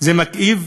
אמר: לא מצאתי אף